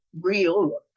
real